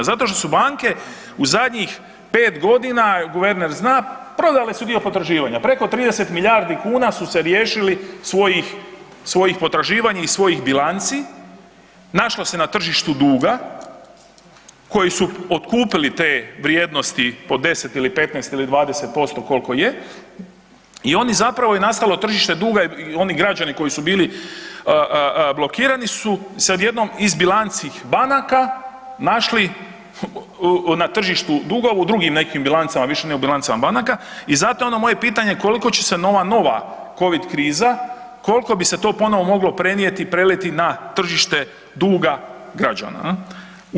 Zato što su banke u zadnjih 5.g., guverner zna, prodale su dio potraživanja, preko 30 milijardi kuna su se riješili svojih, svojih potraživanja i svojih bilanci, našlo se na tržištu duga koji su otkupili te vrijednosti po 10 ili 15 ili 20% kolko je i oni zapravo je nastalo tržište duga i oni građani koji su bili blokirani su sad jednom iz bilanci banaka našli na tržištu duga u drugim nekim bilancama, više nego u bilancama banaka, i zato je ono moje pitanje koliko će se ova nova covid kriza kolko bi se to moglo ponovo prenijeti i preliti na tržište duga građana, jel.